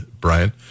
Brian